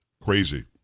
Crazy